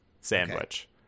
sandwich